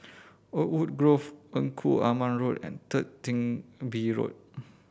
Oakwood Grove Engku Aman Road and Third Chin Bee Road